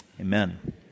Amen